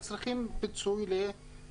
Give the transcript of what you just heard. אפשר, יש להם כסף, הם יכולים להשקיע קצת במשאבים.